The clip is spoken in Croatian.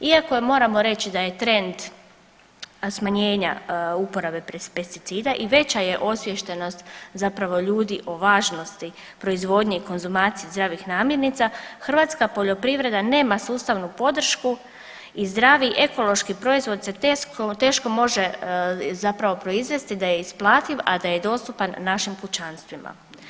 Iako moramo reći da je trend smanjenja uporabe pesticida i veća je osviještenost zapravo ljudi o važnosti proizvodnje i konzumacije zdravih namirnica hrvatska poljoprivreda nema sustavnu podršku i zdravi ekološki proizvod se teško može zapravo proizvesti da je isplativ, a da je dostupan našim kućanstvima.